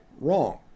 wrong